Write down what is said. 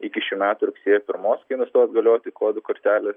iki šių metų rugsėjo pirmos kai nustojo galioti kodų kortelės